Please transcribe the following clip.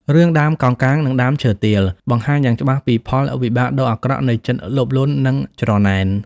រឿង "ដើមកោងកាងនិងដើមឈើទាល" បង្ហាញយ៉ាងច្បាស់ពីផលវិបាកដ៏អាក្រក់នៃចិត្តលោភលន់និងច្រណែន។